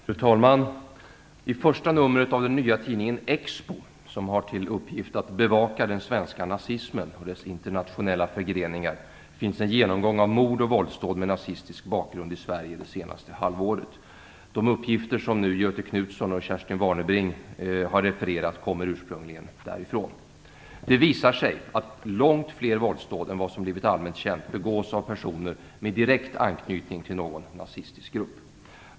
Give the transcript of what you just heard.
Fru talman! I första numret av den nya tidningen Expo, som har till uppgift att bevaka den svenska nazismen och dess internationella grenar, finns en genomgång av mord och våldsdåd med nazistisk bakgrund i Sverige det senaste halvåret. De uppgifter som Göthe Knutson och Kerstin Warnerbring har refererat kommer ursprungligen därifrån. Det visar sig att långt fler våldsdåd än vad som blivit allmänt känt begås av personer med direkt anknytning till någon nazistisk grupp.